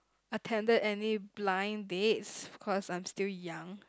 attended any blind dates because I'm still young